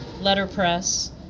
letterpress